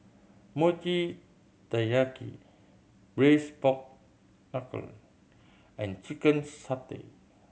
Mochi Taiyaki Braised Pork Knuckle and chicken satay